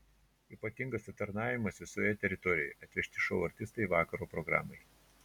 ypatingas aptarnavimas visoje teritorijoje atvežti šou artistai vakaro programai